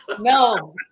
No